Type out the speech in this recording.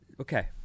Okay